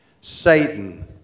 Satan